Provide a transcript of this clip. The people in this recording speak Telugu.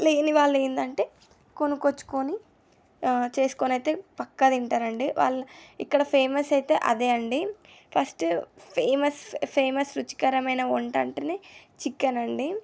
లేని వాళ్ళు ఏందంటే కొనుకొచ్చుకొని చేసుకొని అయితే పక్కా తింటారండి వాళ్ళు ఇక్కడ ఫేమస్ అయితే అదే అండి ఫస్ట్ ఫేమస్ ఫేమస్ రుచికరమైన వంట అంటే చికెన్ అండి